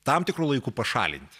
tam tikru laiku pašalinti